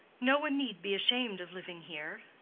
no one need be ashamed of living here.